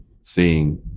seeing